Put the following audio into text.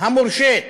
המורשית